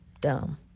dumb